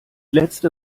letzte